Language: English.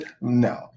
No